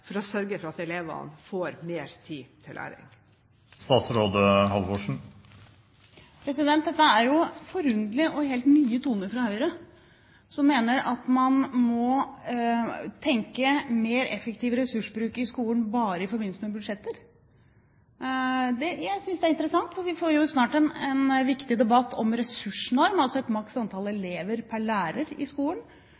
for å sørge for at elevene får mer tid til læring? Dette er jo forunderlig og helt nye toner fra Høyre, som mener at man må tenke mer effektiv ressursbruk i skolen bare i forbindelse med budsjetter. Jeg synes det er interessant. Vi får jo snart en viktig debatt om en ressursnorm, altså et